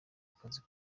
akazi